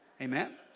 Amen